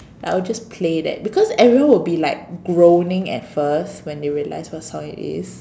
I will just play that because everyone will be like groaning at first when they realize what song it is